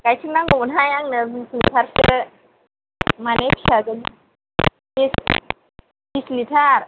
गाइखेर नांगौमोन हाया आंनो बिसलिथारसो माने फिसाजोनि बिसलिथार